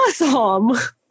awesome